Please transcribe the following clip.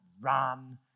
run